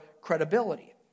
credibility